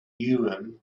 urim